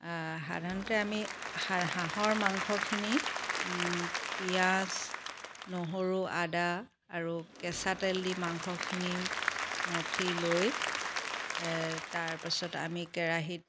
সাধাৰণতে আমি হাঁহৰ মাংসখিনি পিঁয়াজ নহৰু আদা আৰু কেঁচা তেল দি মাংসখিনি মঠি লৈ তাৰপিছত আমি কেৰাহীত